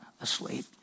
asleep